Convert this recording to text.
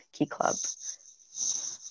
keyclub